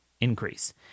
increase